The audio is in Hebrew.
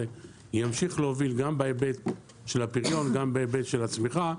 ימשיך להוביל גם בהיבט של הפריון וגם בהיבט של הצמיחה.